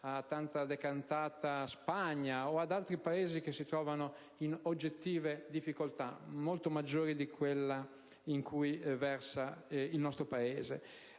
tanto decantata Spagna e ad altri Paesi che si trovano in oggettive difficoltà, molto peggiori di quelle in cui versa il nostro Paese.